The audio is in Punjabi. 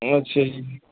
ਅੱਛਾ ਜੀ